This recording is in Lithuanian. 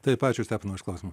taip ačiū steponai už klausimą